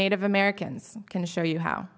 native americans can show you how